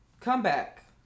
Comeback